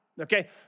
Okay